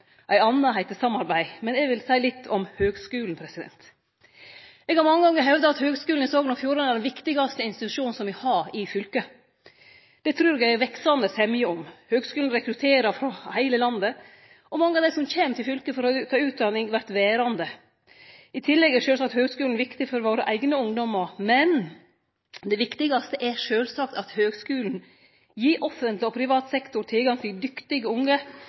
ei anna heiter samarbeid. Men eg vil seie litt om høgskulen. Eg har mange gonger hevda at Høgskulen i Sogn og Fjordane er den viktigaste institusjonen me har i fylket. Det trur eg det er veksande semje om. Høgskulen rekrutterer frå heile landet, og mange av dei som kjem til fylket for å få utdaning, vert verande. I tillegg er sjølvsagt høgskulen viktig for våre eigne ungdomar. Men det viktigaste er sjølvsagt at høgskulen gir offentleg og privat sektor tilgang til dyktige unge